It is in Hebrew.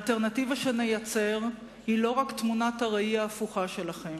האלטרנטיבה שנייצר היא לא רק תמונת הראי ההפוכה שלכם.